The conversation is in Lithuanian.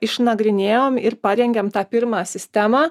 išnagrinėjom ir parengėm tą pirmą sistemą